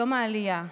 יום העלייה,